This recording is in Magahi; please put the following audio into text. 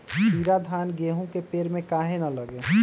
कीरा धान, गेहूं के पेड़ में काहे न लगे?